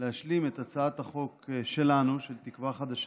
להשלים את הצעת החוק שלנו, של תקווה חדשה,